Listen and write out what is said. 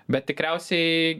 bet tikriausiai